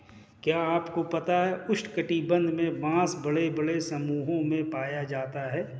क्या आपको पता है उष्ण कटिबंध में बाँस बड़े बड़े समूहों में पाया जाता है?